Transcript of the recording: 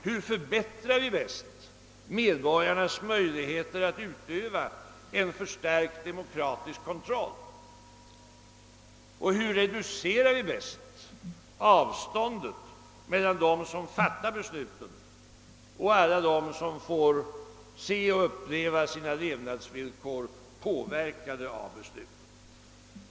Hur förbätt rar vi bäst medborgarnas möjligheter att utöva en förstärkt demokratisk kontroll och hur reducerar vi bäst avståndet mellan dem som fattar besluten och alla dem som får se sina levnadsvillkor påverkade av besluten?